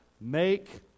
Make